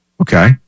Okay